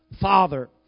Father